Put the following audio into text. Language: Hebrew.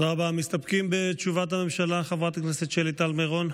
מסתפקים בתשובת הממשלה, חברת הכנסת שלי טל מירון?